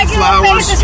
flowers